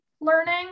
learning